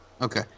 Okay